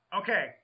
Okay